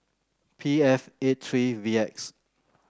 P F eight three V X